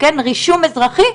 רישום אזרחי,